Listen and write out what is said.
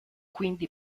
quindi